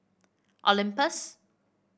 Olympus